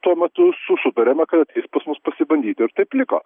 tuo metu su sutarėme kad ateis pas mus pasibandyti ir taip liko